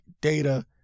data